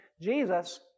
Jesus